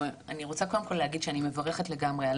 אבל אני רוצה קודם כל שאני מברכת לגמרי על